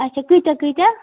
اَچھا کۭتیاہ کۭتیاہ